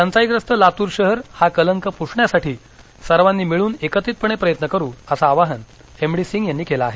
टंचाईग्रस्त लातूर शहर हा कलंक पुसण्यासाठी सर्वांनी मिळून एकत्रितपणे प्रयत्न करु त असं आवाहन एम डी सिंह यांनी केलं आहे